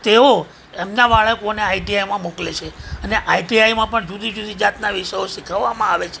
તેઓ એમના બાળકોને આઈટીઆઈમાં મોકલે છે અને આઈટીઆઈમાં પણ જુદી જુદી જાતના વિષયો શીખવવામાં આવે છે